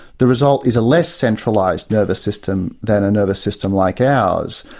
the result is a less-centralised nervous system than a nervous system like ours.